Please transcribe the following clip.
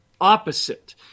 opposite